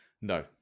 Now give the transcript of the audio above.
No